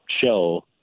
show